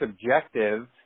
subjective